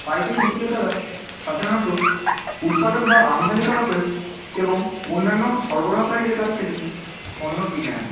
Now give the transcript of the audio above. পাইকারি বিক্রেতারা সাধারণত উৎপাদক বা আমদানিকারকের এবং অন্যান্য সরবরাহকারীদের কাছ থেকে পণ্য কিনে আনে